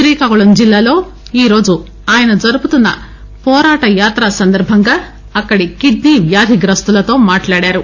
శ్రీకాకుళం జిల్లాలో ఈరోజు ఆయన జరుపుతున్న పోరాటయాత్ర సందర్భంగా అక్కడి కిడ్నీ వ్యాధి గ్రస్తులతో మాట్లాడారు